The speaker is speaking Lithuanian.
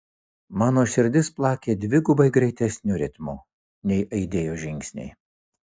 mano širdis plakė dvigubai greitesniu ritmu nei aidėjo žingsniai